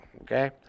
okay